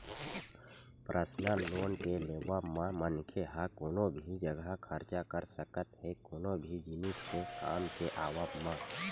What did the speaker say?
personal loan के लेवब म मनखे ह कोनो भी जघा खरचा कर सकत हे कोनो भी जिनिस के काम के आवब म